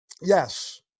yes